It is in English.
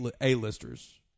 A-listers